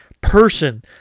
person